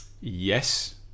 Yes